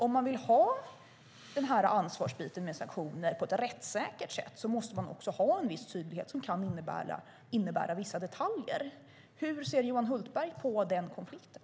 Om vi vill ha den här ansvarsbiten med sanktioner på ett rättssäkert sätt måste vi också ha en viss tydlighet som kan innebära vissa detaljer. Hur ser Johan Hultberg på den konflikten?